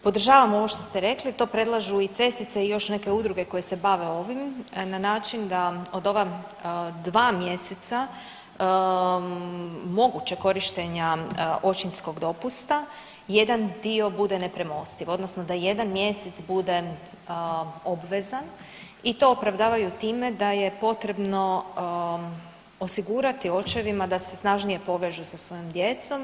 Podržavam ovo što ste rekli, to predlažu i CESI-ce i još neke udruge koje se bave ovim na način da od ova dva mjeseca mogućeg korištenja očinskog dopusta jedan dio bude nepremostiv odnosno da jedan mjesec bude obvezan i to opravdavaju time da je potrebno osigurati očevima da se snažnije povežu sa svojom djecom.